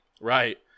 Right